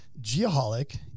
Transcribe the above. Geoholic